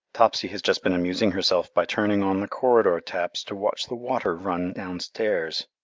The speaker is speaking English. topsy has just been amusing herself by turning on the corridor taps to watch the water run downstairs!